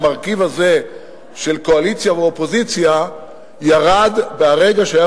המרכיב הזה של קואליציה ואופוזיציה ירד ברגע שהיה